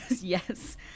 yes